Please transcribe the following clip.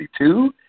1962